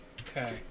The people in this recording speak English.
Okay